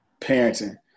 parenting